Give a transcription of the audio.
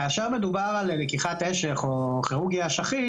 כאשר מדובר על לקיחת אשך או כירורגיה אשכית,